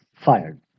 fired